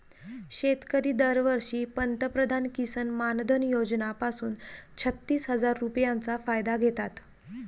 शेतकरी दरवर्षी पंतप्रधान किसन मानधन योजना पासून छत्तीस हजार रुपयांचा फायदा घेतात